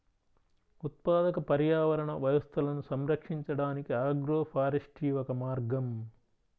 ఉత్పాదక పర్యావరణ వ్యవస్థలను సంరక్షించడానికి ఆగ్రోఫారెస్ట్రీ ఒక మార్గం